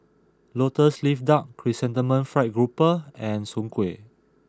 Lotus Leaf Duck Chrysanthemum Fried Grouper and Soon Kuih